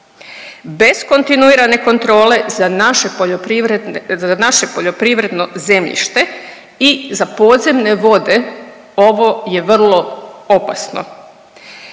poljoprivredno, za naše poljoprivredno zemljište i za podzemne vode ovo je vrlo opasno.